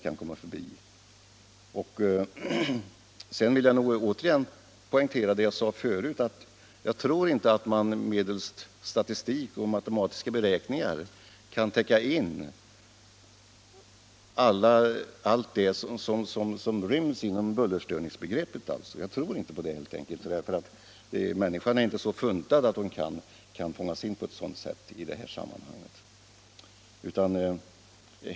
Jag vill återigen poängtera vad jag sade förut: Jag tror inte att man med statistik och matematiska beräkningar kan täcka in allt det som ryms inom bullerstörningsbegreppet. Människan är inte så funtad att hon kan fångas in på så sätt i detta sammanhang.